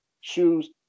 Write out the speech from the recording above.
shoes